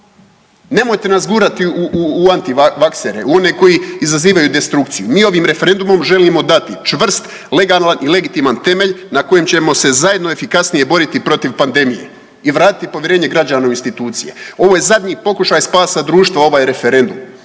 Nemojte nas gurati u antivaksere u one koji izazivaju destrukciju. Mi ovim referendumom želimo dati čvrst i legitiman temelj na kojem ćemo se zajedno efikasnije boriti protiv pandemije i vratiti povjerenje građana u institucije. Ovo je zadnji pokušaj spasa društva ovaj referendum,